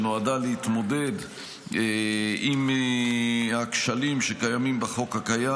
שנועדה להתמודד עם הכשלים שקיימים בחוק הקיים,